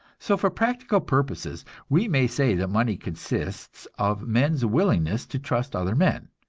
so, for practical purposes, we may say that money consists of men's willingness to trust other men,